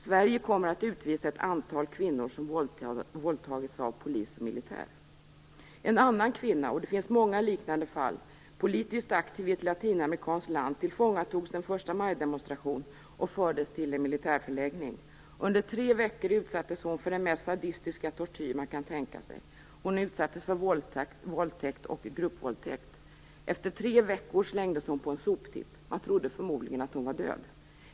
Sverige kommer att utvisa ett antal kvinnor som våldtagits av polis och militär. En annan kvinna - det finns många liknande fall - som var politiskt aktiv i ett latinamerikanskt land tillfångatogs på en förstamajdemonstration och fördes till en militärförläggning. Under tre veckor utsattes hon för den mest sadistiska tortyr man kan tänka sig. Hon utsattes för våldtäkt och gruppvåldtäkt. Efter tre veckor slängdes hon på en soptipp; man trodde förmodligen att hon var död.